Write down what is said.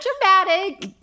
dramatic